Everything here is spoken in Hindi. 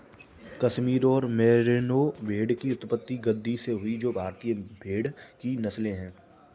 कश्मीर और मेरिनो भेड़ की उत्पत्ति गद्दी से हुई जो भारतीय भेड़ की नस्लें है